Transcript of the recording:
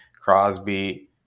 Crosby